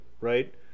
right